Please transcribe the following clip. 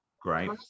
Great